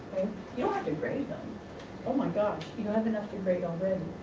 you don't have to grade them oh my gosh, you all have enough to grade already.